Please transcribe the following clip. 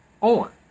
on